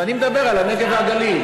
אז אני מדבר על הנגב והגליל.